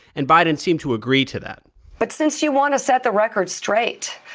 and biden seemed to agree to that but since you want to set the record straight,